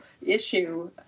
issue